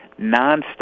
nonstop